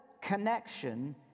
connection